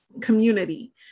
community